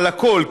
אבל הכול,